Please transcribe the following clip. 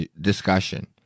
discussion